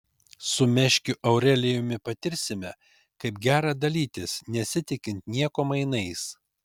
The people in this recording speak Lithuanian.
su meškiu aurelijumi patirsime kaip gera dalytis nesitikint nieko mainais